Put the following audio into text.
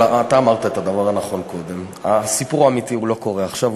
אבל אתה אמרת את הדבר הנכון קודם: הסיפור האמיתי לא קורה עכשיו,